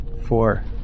four